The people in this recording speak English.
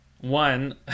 one